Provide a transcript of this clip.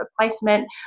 replacement